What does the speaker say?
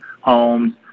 homes